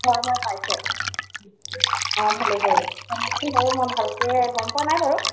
হয় মই পাইছোঁ অঁ ভালেই কৰিলে বাৰু মই ভালকৈ গম পোৱা নাই বাৰু